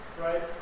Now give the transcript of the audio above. Right